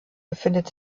befindet